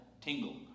tingle